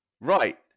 Right